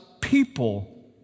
people